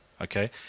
okay